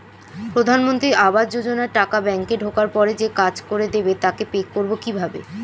প্রধানমন্ত্রী আবাস যোজনার টাকা ব্যাংকে ঢোকার পরে যে কাজ করে দেবে তাকে পে করব কিভাবে?